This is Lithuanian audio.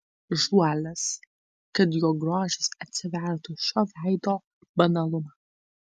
žuolis kad jo grožis atsvertų šio veido banalumą